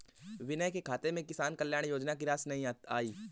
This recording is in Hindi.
विनय के खाते में किसान कल्याण योजना की राशि नहीं आई है